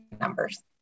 numbers